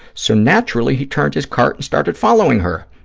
so naturally he turned his cart and started following her.